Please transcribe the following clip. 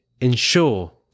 ensure